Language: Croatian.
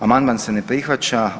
Amandman se ne prihvaća.